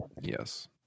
Yes